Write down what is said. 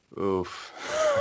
Oof